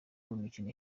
w’imikino